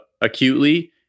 acutely